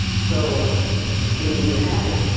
so it's getting to be a habit.